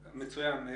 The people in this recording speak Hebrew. מצוין.